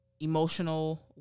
emotional